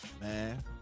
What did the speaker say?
man